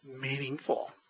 meaningful